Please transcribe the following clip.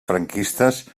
franquistes